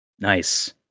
Nice